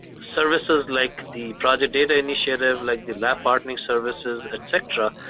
services like the project data initiative, like the lab partnering services, etc,